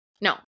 No